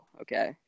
Okay